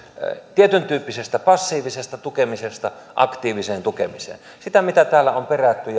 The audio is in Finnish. tietyntyyppisestä passiivisesta tukemisesta aktiiviseen tukemiseen eli siihen mitä täällä on perätty